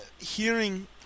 hearing